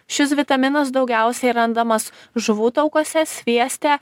šis vitaminas daugiausiai randamas žuvų taukuose svieste